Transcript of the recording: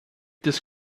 this